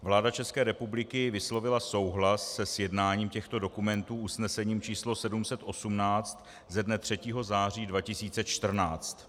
Vláda České republiky vyslovila souhlas se sjednáním těchto dokumentů usnesením č. 718 ze dne 3. září 2014.